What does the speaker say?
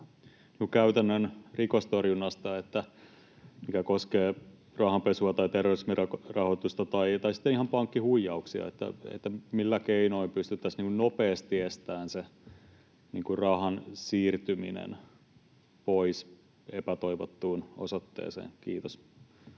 käytännön rikostorjunnasta, mikä koskee rahanpesua tai terrorismin rahoitusta tai sitten ihan pankkihuijauksia, että millä keinoin pystyttäisiin nopeasti estämään se rahan siirtyminen pois epätoivottuun osoitteeseen? — Kiitos.